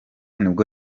nibwo